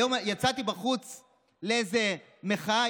היום יצאתי החוצה לאיזה מחאה,